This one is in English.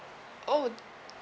oh